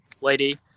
lady